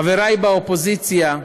חברי באופוזיציה,